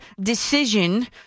decision